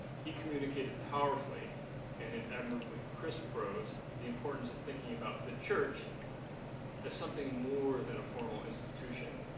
he communicated powerfully and in admirably crisp prose the importance of thinking about the church as something more than a formal institution,